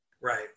Right